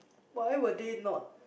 why were they not